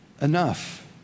enough